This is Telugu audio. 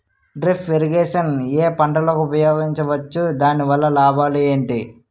డ్రిప్ ఇరిగేషన్ ఏ పంటలకు ఉపయోగించవచ్చు? దాని వల్ల లాభాలు ఏంటి?